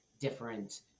different